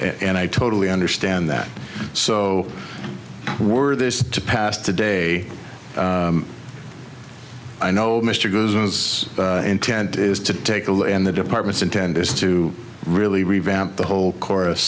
and i totally understand that so were this to pass today i know mr good as intent is to take a look and the department's intend is to really revamp the whole chorus